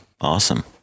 Awesome